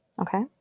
Okay